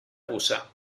puça